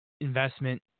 investment